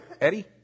Eddie